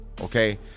okay